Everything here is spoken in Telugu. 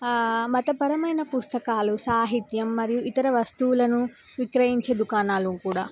మతపరమైన పుస్తకాలు సాహిత్యం మరియు ఇతర వస్తువులను విక్రయించే దుకాణాలు కూడా